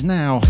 now